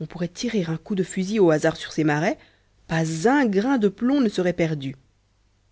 on pourrait tirer un coup de fusil au hasard sur ces marais pas un grain de plomb ne serait perdu